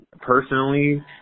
personally